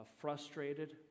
frustrated